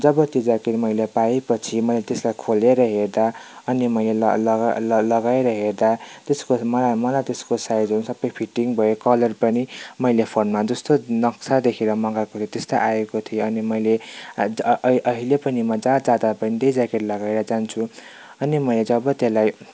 जब त्यो ज्याकेट मैले पाए पछि मैले त्यसलाई खोलेर हेर्दा अनि मैले ल लगा लगाएर हेर्दा त्यसको मलाई मलाई त्यसको साइजहरू सबै फिटिङ भयो कलर पनि मैले फोनमा जस्तो नक्सा देखेर मगाएकोले त्यस्तै आएको थियो अनि मैले आ ऐ अहिले पनि म जहाँ जाँदा पनि त्यही ज्याकेट लगाएर जान्छु अनि मैले जब त्यसलाई